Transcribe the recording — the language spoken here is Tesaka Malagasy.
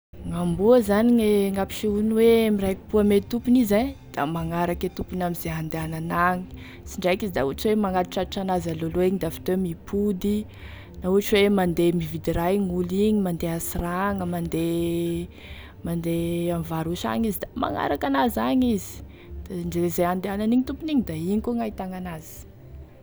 Gn'amboa zany gne gn'ampisehoany hoe miraikipo ame tompony izy e da magnaraky e tompony amize andehanany agny sindraiky izy da ohatry hoe magnatitratitry an'azy alohaloha agny da avy teo mipody, na ohatry hoe mandeha mividy raha igny olo igny mandeha ansiragna, mandeha mandeha ame vary osy agny izy da magnaraky anazy agnyizyndre ze andehanan'igny tompony iny da igny koa gn'ahitagny an'azy.